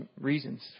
reasons